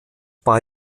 bei